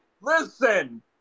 Listen